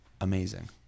amazing